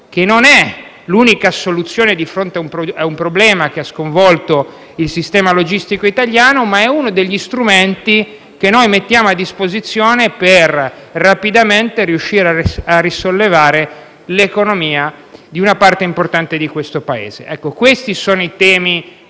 che non è l’unica soluzione di fronte a un problema che ha sconvolto il sistema logistico italiano ma è uno degli strumenti che noi mettiamo a disposizione per riuscire a risollevare rapidamente l’economia di una parte importante di questo Paese. Questi sono dunque